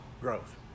growth